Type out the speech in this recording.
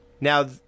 Now